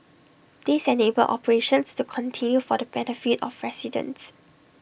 this enabled operations to continue for the benefit of residents